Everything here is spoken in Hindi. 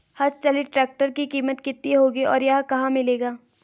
हस्त चलित ट्रैक्टर की कीमत कितनी होगी और यह कहाँ मिलेगा?